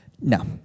no